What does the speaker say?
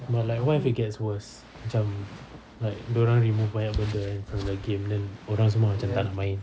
not like what if it gets worst macam like dia orang remove banyak benda from the game then orang semua macam tak nak main